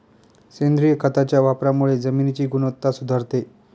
सेंद्रिय खताच्या वापरामुळे जमिनीची गुणवत्ता सुधारते